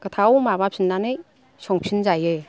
गोथाव माबाफिननानै संफिनजायो